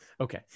Okay